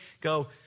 go